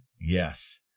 Yes